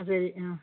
അത് കഴിഞ്ഞോ